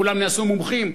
כולם נעשו מומחים,